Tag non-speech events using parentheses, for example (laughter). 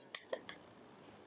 (laughs)